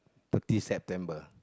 thirty September